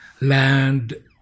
land